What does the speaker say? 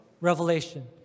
revelation